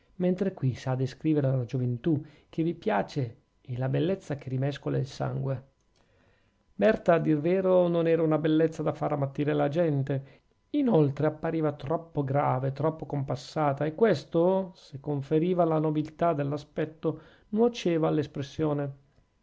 mentre qui s'ha a descrivere la gioventù che piace e la bellezza che rimescola il sangue berta a dir vero non era una bellezza da far ammattire la gente inoltre appariva troppo grave troppo compassata e questo se conferiva alla nobiltà dell'aspetto nuoceva all'espressione